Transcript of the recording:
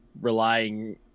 relying